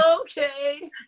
okay